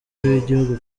w’igihugu